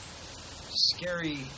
scary